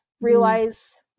realize